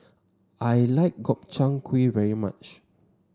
I like Gobchang Gui very much